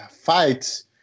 fights